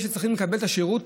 אלה שצריכים לקבל את השירות,